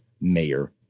Mayor